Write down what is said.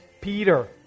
Peter